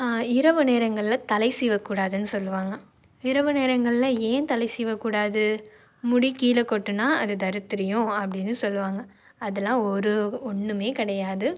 இரவு நேரங்களில் தலை சீவக்கூடாதுனு சொல்லுவாங்க இரவு நேரங்களில் ஏன் தலை சீவக்கூடாது முடி கீழே கொட்டினா அது தருத்திரியோம் அப்படின்னு சொல்லுவாங்க அதெல்லாம் ஒரு ஒன்றுமே கிடையாது